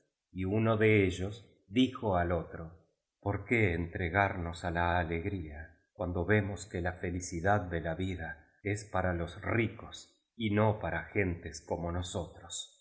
y uno de ellos dijo al otro por qué entregarnos a la alegría cuando vemos que la felicidad de la vida es para l os ricos y no para gentes como